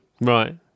Right